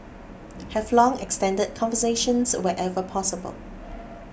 have long extended conversations wherever possible